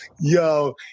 Yo